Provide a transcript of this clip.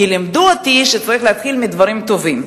כי לימדו אותי שצריך להתחיל מדברים טובים.